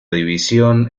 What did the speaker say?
división